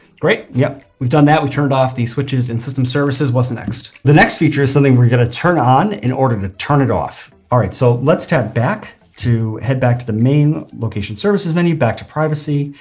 great. yep. we've done that, we turned off these switches and system services, what's next? the next feature is something we're going to turn on on in order to turn it off. all right, so let's tap back to head back to the main location services menu, back to privacy,